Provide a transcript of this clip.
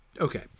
Okay